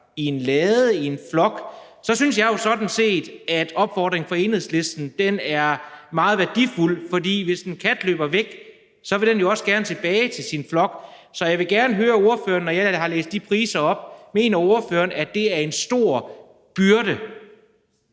i en lade i en flok, synes jeg sådan set, at opfordringen fra Enhedslisten er meget værdifuld, for hvis en kat løber væk, vil den jo også gerne tilbage til sin flok. Så jeg vil gerne høre ordføreren, om ordføreren mener, at de priser, jeg læste op, vil være en stor byrde.